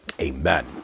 Amen